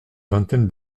vingtaine